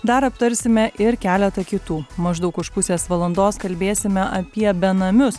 dar aptarsime ir keletą kitų maždaug už pusės valandos kalbėsime apie benamius